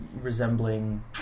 resembling